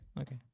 okay